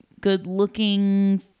good-looking